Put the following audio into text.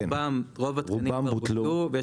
כן, רוב התקנים בוטלו.